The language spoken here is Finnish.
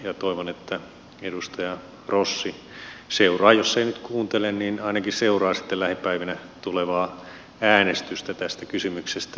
toivon että edustaja rossi seuraa jos ei nyt kuuntele niin ainakin seuraa sitten lähipäivinä tulevaa äänestystä tästä kysymyksestä